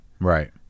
right